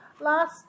last